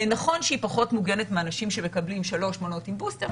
נכון שהיא פחות מוגנת מאנשים שמקבלים שלוש מנות עם בוסטר,